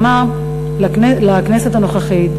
כלומר לכנסת הנוכחית,